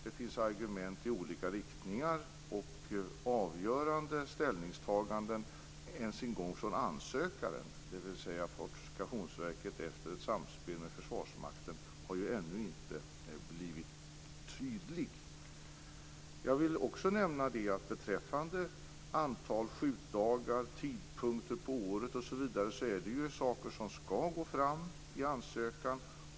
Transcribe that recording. Det finns argument i olika riktningar. Avgörande ställningstaganden har ännu inte blivit tydliga - inte ens från ansökaren, dvs. Fortifikationsverket efter ett samspel med Försvarsmakten. Beträffande antal skjutdagar, tidpunkter på året osv. är detta saker som skall gå fram i ansökan.